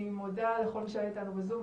אני מודה לכל מי שהיה אתנו בזום,